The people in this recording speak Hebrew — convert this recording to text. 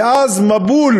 ואז מבול